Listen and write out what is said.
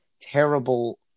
terrible